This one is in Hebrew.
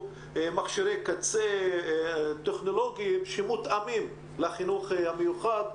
מכשירי קצה טכנולוגיים שמותאמים לחינוך המיוחד.